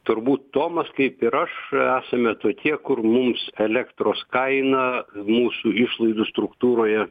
turbūt tomas kaip ir aš esame tokie kur mums elektros kaina mūsų išlaidų struktūroje